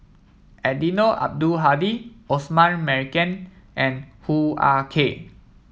Eddino Abdul Hadi Osman Merican and Hoo Ah Kay